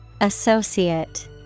Associate